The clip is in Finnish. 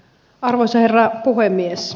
arvoisa herra puhemies